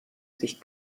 sich